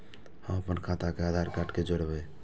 हम अपन खाता के आधार कार्ड के जोरैब?